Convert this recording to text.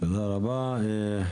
תודה רבה,